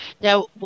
Now